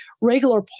regular